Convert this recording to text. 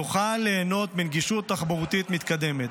יוכל ליהנות מנגישות תחבורתית מתקדמת,